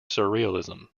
surrealism